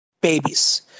babies